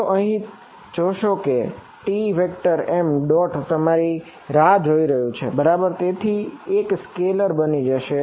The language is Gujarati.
જો તમે અહીં જોશો કે Tm ડૉટ બની જશે